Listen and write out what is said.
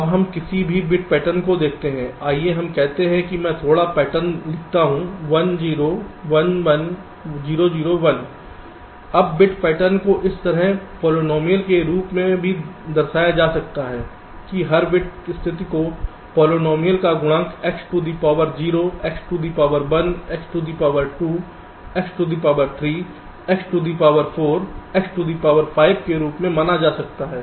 अब आप किसी भी बिट पैटर्न को देखते हैं आइए हम कहते हैं कि मैं थोड़ा पैटर्न लिखता हूं 1 0 1 1 0 0 1 अब बिट पैटर्न को इस तरह पॉलिनॉमियल के रूप में भी दर्शाया जा सकता है कि हर बिट स्थिति को पॉलिनॉमियल का गुणांक x to the power 0 x to the power 1 x to the power 2 x to the power 3 x to the power 4 x to the power 5 के रूप में माना जा सकता है